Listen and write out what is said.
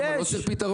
שם לא צריך פתרון?